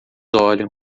olham